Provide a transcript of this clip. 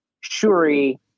Shuri